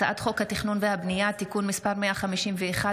הצעת חוק התכנון והבנייה (תיקון מס' 151),